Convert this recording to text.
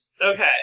Okay